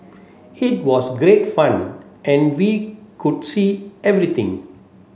it was great fun and we could see everything